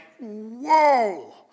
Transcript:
whoa